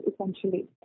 essentially